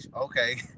okay